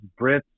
Brits